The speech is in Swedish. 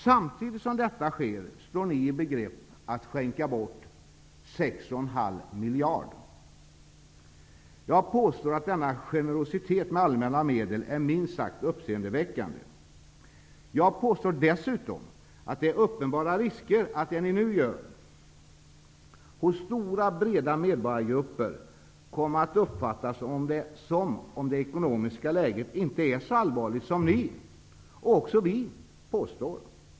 Samtidigt som detta sker står ni i begrepp att skänka bort 6,5 Jag påstår att denna generositet med allmänna medel är minst sagt uppseendeväckande. Jag påstår dessutom att det är uppenbara risker för att det ni nu gör hos stora breda medborgargrupper kommer att uppfattas som om det ekonomiska läget inte är så allvarligt som ni, och också vi, påstår.